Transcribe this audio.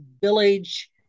village